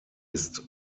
ist